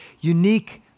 unique